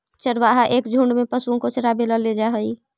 चरवाहा एक झुंड में पशुओं को चरावे ला ले जा हई